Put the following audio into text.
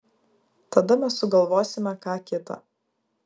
tada mes sugalvosime ką kita